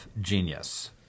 genius